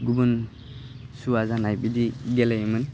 गुबुन सुवा जानाय बिदि गेलेयोमोन